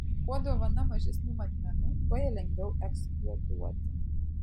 kuo dovana mažesnių matmenų tuo ją lengviau eksploatuoti